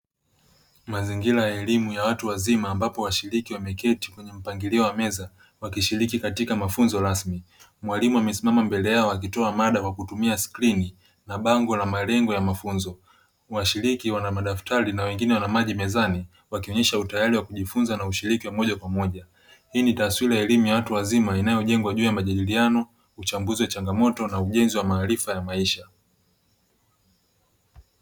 Mazingira ya elimu ya watu wazima ambapo washiriki wameketi kwenye mpangilio wa meza wakishiriki katika mafunzo rasmi. Mwalimu amesimama mbele yao akitoa mada kwa kutumia skrini na bango la malengo ya mafunzo. Washiriki wana madaftari na wengine wana maji mezani wakionyesha utayari wa kujifunza na ushiriki wa moja kwa moja. Hii ni taaswira ya elimu ya watu wazima inayojengwa juu ya majadiliano, uchambuzi wa changamoto na ujenzi wa maarifa ya maisha.